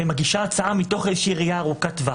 ומגישה הצעה מתוך איזושהי ראייה ארוכת טווח.